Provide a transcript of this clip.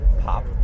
pop